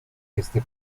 este